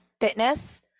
fitness